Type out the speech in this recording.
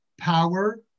power